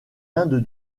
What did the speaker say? inde